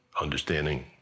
understanding